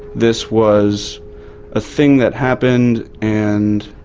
this was a thing that happened and,